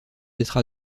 d’être